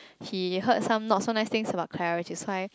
he heard some not so nice things about Clara which is why